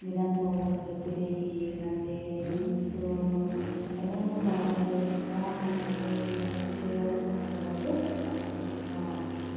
ವಿಧಾನಸೌಧ ಕಡೆ ತಿರುಗಿ ಮತ್ತೆ ಅಲ್ಲಿಂದು ಎಲ್ಲನೂ ನೋಡೋದಿಷ್ಟ ಮತ್ತೆ ತಿರುಗಾಡಿ ಸುತ್ತಿ ಬರೋದು ಇಷ್ಟ